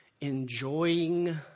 enjoying